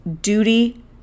duty